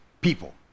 people